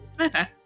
Okay